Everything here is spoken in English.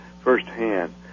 firsthand